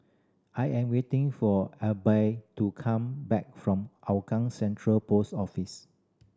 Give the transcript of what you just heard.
I am waiting for Alby to come back from Hougang Central Post Office